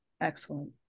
excellent